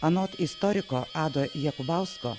anot istoriko ado jakubausko